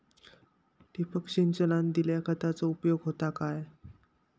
ठिबक सिंचनान दिल्या खतांचो उपयोग होता काय?